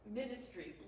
ministry